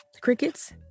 crickets